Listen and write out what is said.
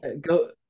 go